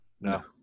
no